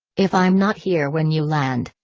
if i'm not here when you land,